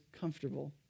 comfortable